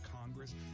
Congress